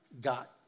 got